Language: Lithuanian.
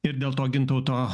ir dėl to gintauto